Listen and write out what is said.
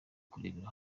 kurebera